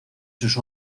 sus